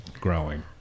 growing